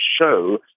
show